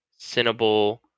Cinnable